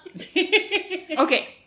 Okay